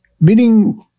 Meaning